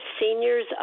seniors